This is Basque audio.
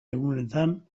egunetan